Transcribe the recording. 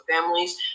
families